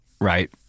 right